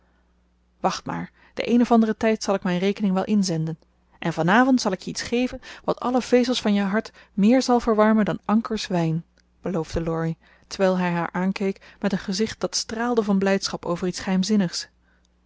wacht maar den een of anderen tijd zal ik mijn rekening wel inzenden en van avond zal ik je iets geven wat alle vezels van je hart meer zal verwarmen dan ankers wijn beloofde laurie terwijl hij haar aankeek met een gezicht dat straalde van blijdschap over iets geheimzinnigs